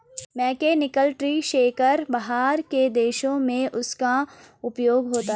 mechanical tree shaker बाहर के देशों में उसका उपयोग होता है